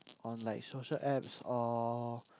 on like social apps or